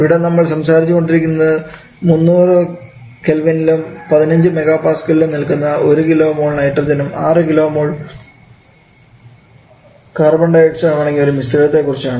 ഇവിടെ നമ്മൾ സംസാരിച്ചുകൊണ്ടിരിക്കുന്നത് 300K യിലും 15 MPa യിലും നിലനിൽക്കുന്ന ഒരു കിലോ മോൾ നൈട്രജനും 6 കിലോ മോൾ കാർബൺ ഡയോക്സൈഡും അടങ്ങിയ ഒരു മിശ്രിതത്തെ കുറിച്ചാണ്